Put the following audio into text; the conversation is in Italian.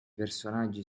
personaggi